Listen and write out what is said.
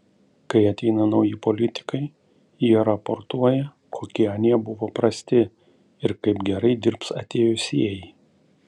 kai ateina nauji politikai jie raportuoja kokie anie buvo prasti ir kaip gerai dirbs atėjusieji